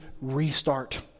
restart